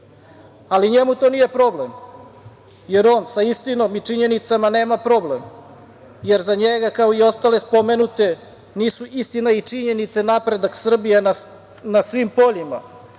Njemu to nije problem, jer on sa istinom i činjenicama nema problem, jer za njega, kao i ostale spomenute, nisu istina i činjenice napredak Srbije na svim poljima,